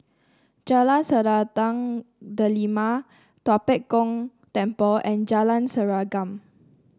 Jalan Selendang Delima Tua Pek Kong Temple and Jalan Serengam